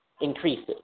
increases